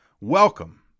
Welcome